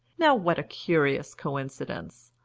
now what a curious coincidence!